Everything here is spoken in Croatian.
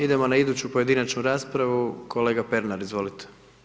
Idemo na iduću pojedinačnu raspravu, kolega Pernar izvolite.